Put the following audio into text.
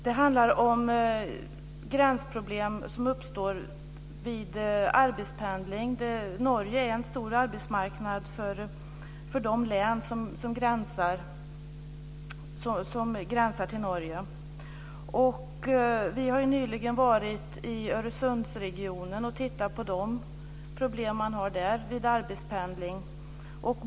Det handlar om gränsproblem som uppstår vid arbetspendling. Norge är en stor arbetsmarknad för de län som gränsar dit. Vi har ju nyligen varit i Öresundsregionen och tittat på de problem som man har där vid arbetspendling.